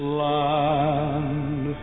land